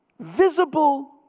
Visible